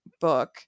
book